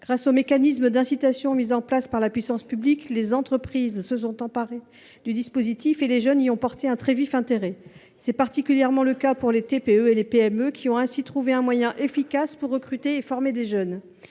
Grâce aux mécanismes d’incitation mis en place par la puissance publique, les entreprises se sont emparées du dispositif, auquel les jeunes ont porté un très vif intérêt. C’est particulièrement le cas pour les TPE et les PME, qui ont ainsi trouvé un moyen efficace de recruter et de former des jeunes.